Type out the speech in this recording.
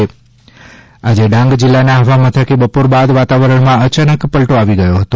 વરસદ આજે ડાંજા જિલ્લાના આહવા મથકે બપોર બાદ વાતાવરણમાં અયાનક પલટો આવી ગયો હતો